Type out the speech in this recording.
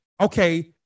okay